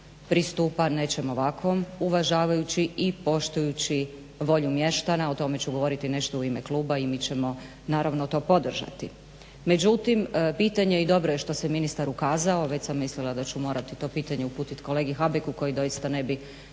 pristupa nečem ovakvom uvažavajući i poštujući volju mještana. O tome ću govoriti u ime kluba i mi ćemo naravno to podržati. Međutim pitanje i dobro što se ministar ukazao već sam mislila da ću morati to pitanje uputiti kolegi Habeku koji doista ne bi